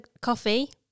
coffee